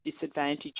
disadvantage